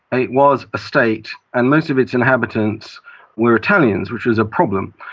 it was a state, and most of its inhabitants were italian, which was a problem.